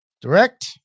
direct